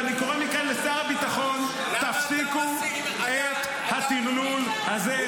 ואני קורא מכאן לשר הביטחון: תפסיקו את הטרלול הזה.